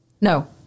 No